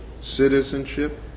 citizenship